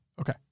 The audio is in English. Okay